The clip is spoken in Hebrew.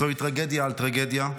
זוהי טרגדיה על טרגדיה.